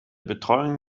betreuung